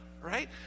right